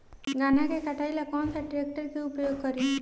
गन्ना के कटाई ला कौन सा ट्रैकटर के उपयोग करी?